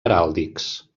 heràldics